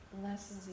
blesses